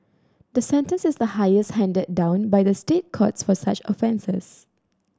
the sentence is the highest handed down by the State Courts for such offences